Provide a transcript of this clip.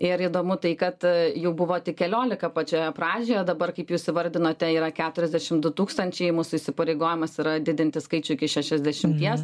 ir įdomu tai kad jų buvo tik keliolika pačioje pradžioje dabar kaip jūs įvardinote yra keturiasdešimt du tūkstančiai mūsų įsipareigojimas yra didinti skaičių iki šešiasdešimties